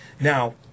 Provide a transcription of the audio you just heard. Now